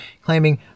claiming